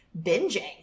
binging